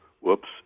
whoops